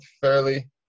fairly